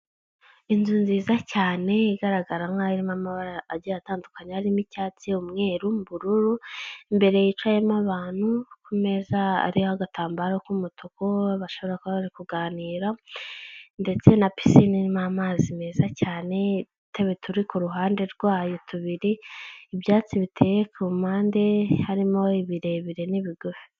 Inzu nziza cyane igaragara nk'aho irimo amabara agiye atandukanye, harimo icyatsi, umweru, ubururu, imbere hicayemo abantu, ku meza hariho agatambaro k'umutuku, bashobora kuba bari kuganira ndetse na pisine irimo amazi meza cyane, udutebe turi ku ruhande rwayo tubiri, ibyatsi biteye ku mpande harimo ibirebire n'ibigufi.